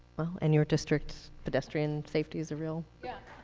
well, and your district pedestrian safety is a real yeah.